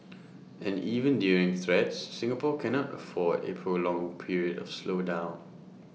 and even during threats Singapore cannot afford A prolonged period of slowdown